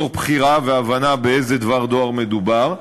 מתוך בחירה והבנה באיזה דבר דואר מדובר.